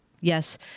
Yes